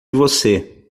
você